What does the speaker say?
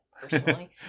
personally